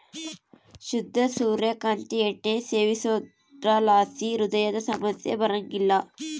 ಶುದ್ಧ ಸೂರ್ಯ ಕಾಂತಿ ಎಣ್ಣೆ ಸೇವಿಸೋದ್ರಲಾಸಿ ಹೃದಯ ಸಮಸ್ಯೆ ಬರಂಗಿಲ್ಲ